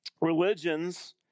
religions